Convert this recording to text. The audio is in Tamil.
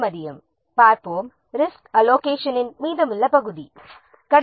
மதிய வணக்கம் ரிஸ்க் அலோகேஷனின் மீதமுள்ள பகுதியை பார்ப்போம்